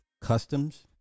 customs